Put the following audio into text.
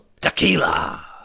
tequila